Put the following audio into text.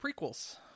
prequels